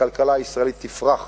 הכלכלה הישראלית תפרח